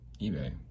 eBay